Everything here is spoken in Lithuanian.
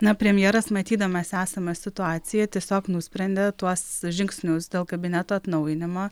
na premjeras matydamas esamą situaciją tiesiog nusprendė tuos žingsnius dėl kabineto atnaujinimo